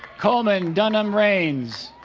coleman dunham rains